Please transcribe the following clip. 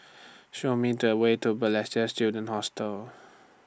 Show Me The Way to Balestier Student Hostel